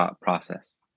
process